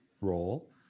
role